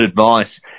advice